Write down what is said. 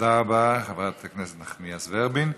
תודה רבה, חברת הכנסת נחמיאס ורבין.